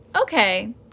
okay